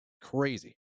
crazy